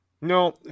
No